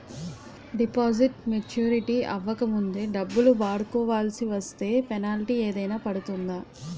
Deposit maturity అవ్వక ముందే డబ్బులు వాడుకొవాల్సి వస్తే పెనాల్టీ ఏదైనా పడుతుందా?